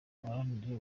duharanire